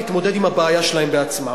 להתמודד עם הבעיה שלהם בעצמם.